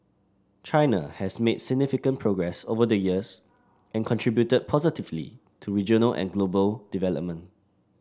China has made significant progress over the years and contributed positively to regional and global development